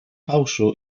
fałszu